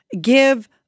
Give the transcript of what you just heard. give